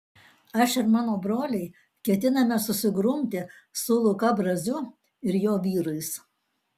aš ir mano broliai ketiname susigrumti su luka braziu ir jo vyrais